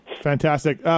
Fantastic